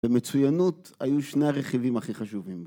במצוינות היו שני הרכיבים הכי חשובים